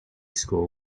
school